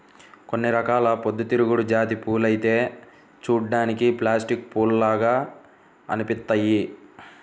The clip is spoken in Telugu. కొన్ని రకాల పొద్దుతిరుగుడు జాతి పూలైతే చూడ్డానికి ప్లాస్టిక్ పూల్లాగా అనిపిత్తయ్యి